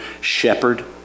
shepherd